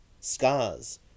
Scars